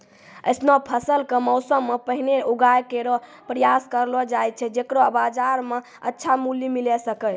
ऑसनो फसल क मौसम सें पहिने उगाय केरो प्रयास करलो जाय छै जेकरो बाजार म अच्छा मूल्य मिले सके